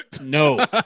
no